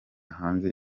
hanze